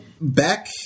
back